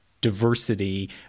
diversity